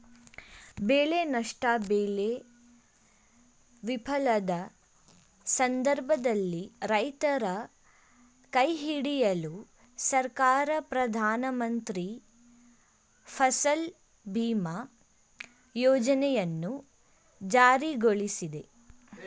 ಬೆಳೆ ನಷ್ಟ ಬೆಳೆ ವಿಫಲದ ಸಂದರ್ಭದಲ್ಲಿ ರೈತರ ಕೈಹಿಡಿಯಲು ಸರ್ಕಾರ ಪ್ರಧಾನಮಂತ್ರಿ ಫಸಲ್ ಬಿಮಾ ಯೋಜನೆಯನ್ನು ಜಾರಿಗೊಳಿಸಿದೆ